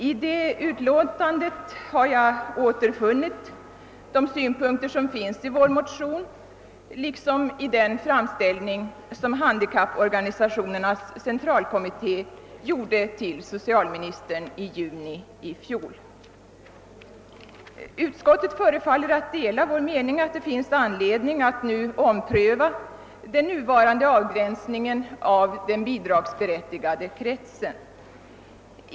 I utlåtandet har jag återfunnit de synpunkter som förts fram i vår motion liksom i den framställning som Handikapporganisationernas centralkommitté gjorde till socialministern i juni i fjol. Utskottet förefaller att dela vår mening att det finns anledning att nu ompröva nuvarande avgränsning av den bidragsberättigade kretsen.